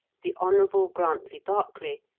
the hon. grantley berkeley,